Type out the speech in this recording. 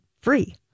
free